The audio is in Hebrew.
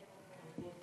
אדוני